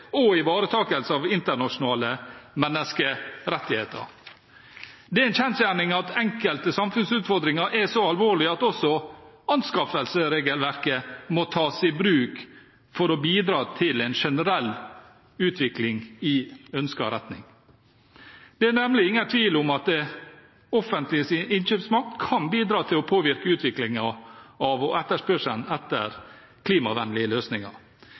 og ivaretakelse av internasjonale menneskerettigheter. Det er en kjensgjerning at enkelte samfunnsutfordringer er så alvorlige at også anskaffelsesregelverket må tas i bruk for å bidra til en generell utvikling i ønsket retning. Det er nemlig ingen tvil om at det offentliges innkjøpsmakt kan bidra til å påvirke utviklingen av og etterspørselen etter klimavennlige løsninger.